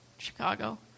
Chicago